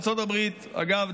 אגב,